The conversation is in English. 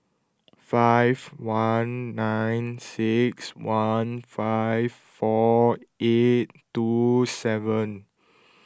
five one nine six one five four eight two seven